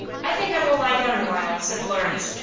i think i will lie down a while, said florence.